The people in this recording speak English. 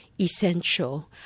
essential